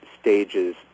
stages